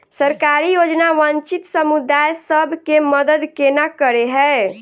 सरकारी योजना वंचित समुदाय सब केँ मदद केना करे है?